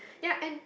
ya and